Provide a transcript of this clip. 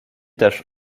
też